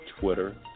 Twitter